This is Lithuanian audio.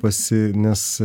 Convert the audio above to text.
pasi nes